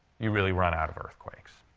you really run out of earthquakes.